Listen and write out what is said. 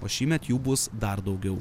o šįmet jų bus dar daugiau